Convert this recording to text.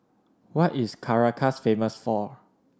what is Caracas famous for